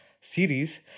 series